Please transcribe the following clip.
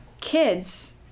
kids